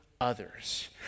others